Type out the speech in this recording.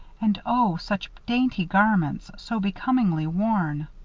and oh! such dainty garments, so becomingly worn.